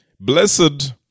Blessed